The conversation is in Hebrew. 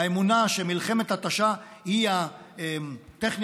האמונה שמלחמת התשה היא הטכניקה,